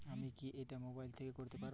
আমি কি এটা মোবাইল থেকে করতে পারবো?